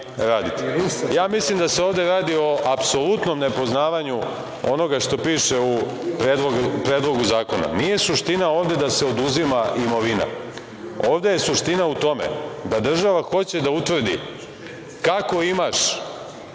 mislim da se ovde radi o apsolutnom nepoznavanju onoga što piše u Predlogu zakona. Nije suština ovde da se oduzima imovina. Ovde je suština u tome da država hoće da utvrdi kako imaš